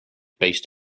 based